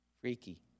freaky